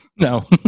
No